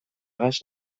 gas